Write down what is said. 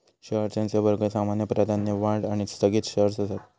shares यांचे वर्ग सामान्य, प्राधान्य, वाढ आणि स्थगित शेअर्स हत